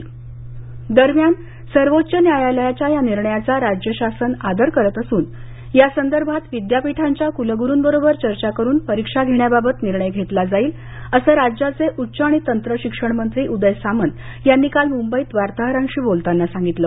उदय सामंत म्ंबई दरम्यान सर्वोच्च न्यायालयाच्या या निर्णयाचा राज्य शासन आदर करत असून यासंदर्भात विद्यापीठांच्या कुलगुरूंबरोबर चर्चा करून परीक्षा घेण्याबाबत निर्णय घेतला जाईल असं राज्याचे उच्च आणि तंत्र शिक्षण मंत्री उदय सामंत यांनी सांगितलं